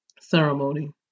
ceremony